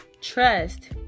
trust